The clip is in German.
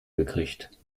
gekriegt